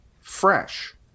fresh